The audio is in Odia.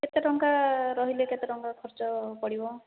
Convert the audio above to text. କେତେ ଟଙ୍କା ରହିଲେ କେତେ ଟଙ୍କା ଖର୍ଚ୍ଚ ପଡ଼ିବ